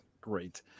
great